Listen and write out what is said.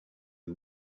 who